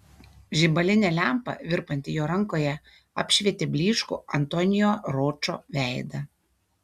žibalinė lempa virpanti jo rankoje apšvietė blyškų antonio ročo veidą